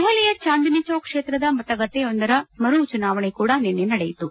ದೆಹಲಿಯ ಚಾಂದಿನಿ ಚೌಕ್ ಕ್ವೇತ್ರದ ಮತಗಟ್ಟೆಯೊಂದರ ಮರು ಚುನಾವಣೆ ಕೂಡಾ ನಿನ್ನೆ ನಡೆಯಿತು